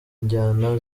njyana